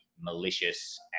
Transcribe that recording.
malicious